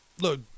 look